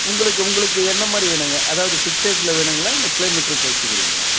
உங்களுக்கு உங்களுக்கு என்ன மாதிரி வேணுங்க அதாவது ஃபிக்ஸெட்டில் வேணுங்களா இல்லை கிலோ மீட்ருக்கு பேசுக்கிறீங்களா